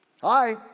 Hi